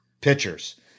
pitchers